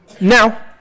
now